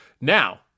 Now